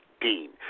Dean